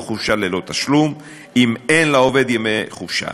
או חופשה ללא תשלום אם אין לעובד ימי חופשה,